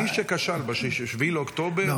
מי שכשל ב-7 באוקטובר,